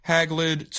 Haglid